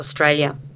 Australia